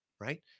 right